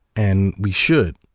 and we should.